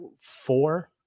four